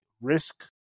risk